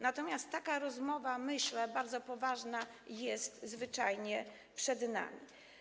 Natomiast taka rozmowa, jak myślę, bardzo poważna jest zwyczajnie przed nami.